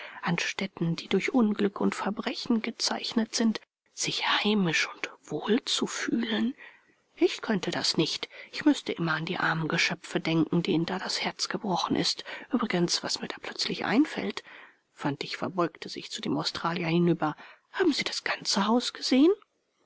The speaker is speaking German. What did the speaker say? an stätten die durch unglück und verbrechen gezeichnet sind sich heimisch und wohl zu fühlen ich könnte das nicht ich müßte immer an die armen geschöpfe denken denen da das herz gebrochen ist übrigens was mir da plötzlich einfällt fantig beugte sich zu dem australier hinüber haben sie das ganze haus gesehen